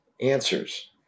answers